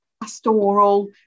pastoral